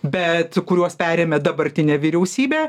bet kuriuos perėmė dabartinė vyriausybė